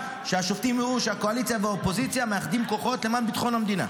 שהשופטים יראו שהקואליציה והאופוזיציה מאחדים כוחות למען ביטחון המדינה.